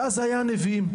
שאז היו אלה הנביאים.